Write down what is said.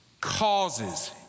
causes